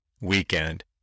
weekend